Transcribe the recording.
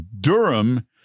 Durham